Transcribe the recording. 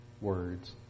words